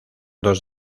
dos